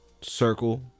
circle